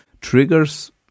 triggers